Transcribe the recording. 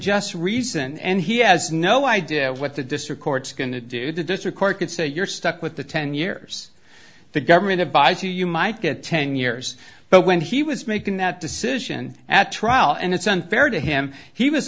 reason and he has no idea what the district court's going to do the district court could say you're stuck with the ten years the government of by two you might get ten years but when he was making that decision at trial and it's unfair to him he was